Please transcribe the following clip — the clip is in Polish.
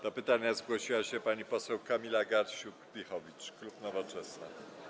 Do pytania zgłosiła się pani poseł Kamila Gasiuk-Pihowicz, klub Nowoczesna.